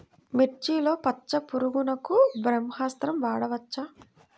మిర్చిలో పచ్చ పురుగునకు బ్రహ్మాస్త్రం వాడవచ్చా?